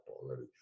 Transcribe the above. already